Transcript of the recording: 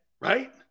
right